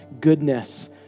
goodness